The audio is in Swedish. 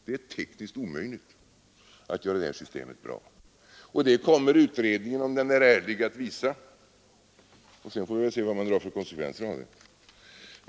Det är tekniskt omöjligt att göra det här systemet bra. Det kommer utredningen, om den är ärlig, att medge och sedan får vi se vad man drar för konsekvenser av det.